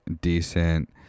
decent